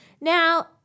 Now